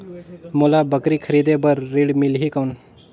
मोला बकरी खरीदे बार ऋण मिलही कौन?